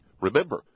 Remember